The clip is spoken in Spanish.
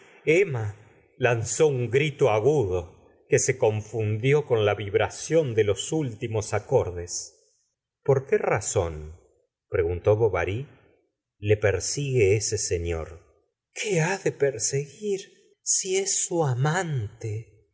emma lanzó un grito agudo que se confundió con la vibración de los últimos acordes por qué razón preguntó bovary le persigue ese señor qué ha de perseguir si es su amante